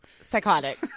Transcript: psychotic